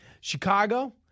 Chicago